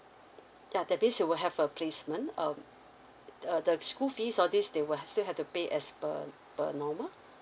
yeah that means you will have a placement um uh the school fees all this they will still have to pay as per per normal